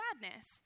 sadness